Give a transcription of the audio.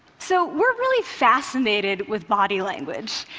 so, we're really fascinated with body language,